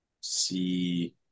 see